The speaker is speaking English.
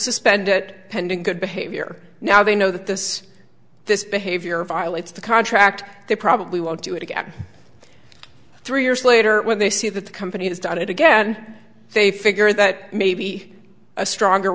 suspend it pending good behavior now they know that this this behavior violates the contract they probably won't do it again three years later when they see that the company has done it again they figure that maybe a stronger